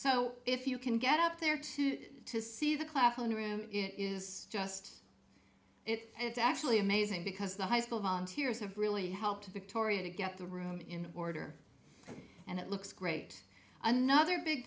so if you can get up there to to see the claflin room it is just it's actually amazing because the high school volunteers have really helped to victoria to get the room in order and it looks great another big